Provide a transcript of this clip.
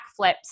backflips